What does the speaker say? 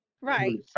Right